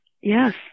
Yes